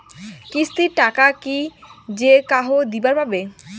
কিস্তির টাকা কি যেকাহো দিবার পাবে?